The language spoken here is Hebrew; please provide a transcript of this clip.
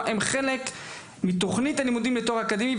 הם חלק מתוכנית הלימודים לתואר אקדמי,